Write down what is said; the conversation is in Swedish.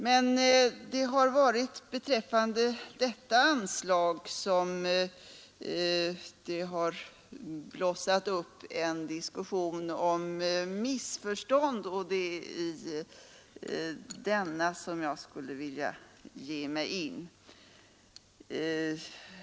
Men det har beträffande detta anslag blossat upp en diskussion om missförstånd, och det är i denna diskussion jag skulle vilja ge mig in.